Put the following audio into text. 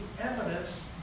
evidence